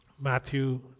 Matthew